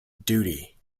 duty